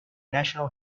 national